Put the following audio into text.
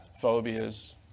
Phobias